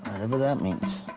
but that means.